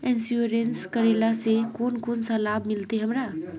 Insurance करेला से कोन कोन सा लाभ मिलते हमरा?